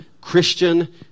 Christian